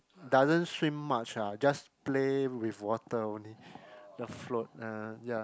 doesn't swim much ah just play with water only the float uh ya